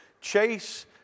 chase